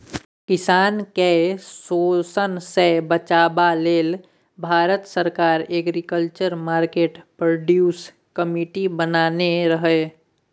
किसान केँ शोषणसँ बचेबा लेल भारत सरकार एग्रीकल्चर मार्केट प्रोड्यूस कमिटी बनेने रहय